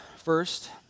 First